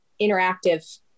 interactive